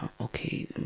Okay